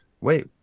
wait